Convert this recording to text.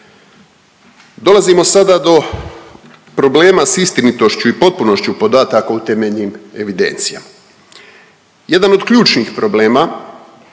Dolazimo sada do problema s istinitošću i potpunošću podataka u temeljnim evidencijama. Jedan od ključnih problema